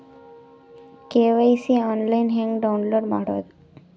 KYC online ಹೆಂಗ್ download ಮಾಡೋದು?